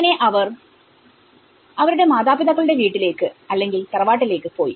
അങ്ങനെ അവർ അവരുടെ മാതാപിതാക്കളുടെ വീട്ടിലേക്ക് അല്ലെങ്കിൽ തറവാട്ടിലേക്ക് പോയി